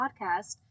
podcast